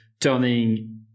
turning